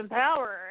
power